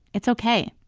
it's ok.